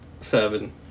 seven